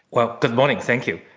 well, good morning. thank you.